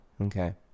Okay